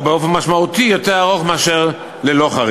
הוא באופן משמעותי יותר ארוך מאשר ללא-חרדים.